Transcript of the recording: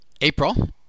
April